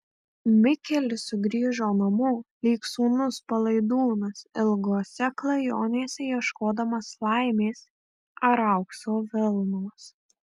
mikelis sugrįžo namo lyg sūnus palaidūnas ilgose klajonėse ieškodamas laimės ar aukso vilnos